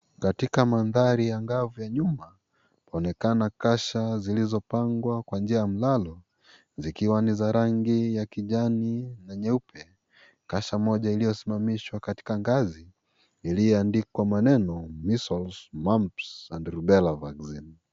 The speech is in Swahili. Katika mandari ya ngavu ya nyuma kwaonekana kasha zilizopangwa kwanjia ya mlalo zikiwa niza rangi ya kijani na nyeupe, kasha moja iliosimamishwa katika ngazi ilioandikwa maneno measles mumps and rubella vaccine .